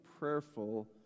Prayerful